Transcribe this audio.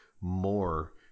more